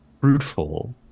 fruitful